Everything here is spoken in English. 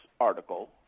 article